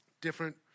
different